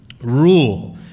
rule